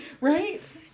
right